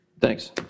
Thanks